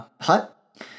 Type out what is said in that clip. hut